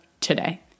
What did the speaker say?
today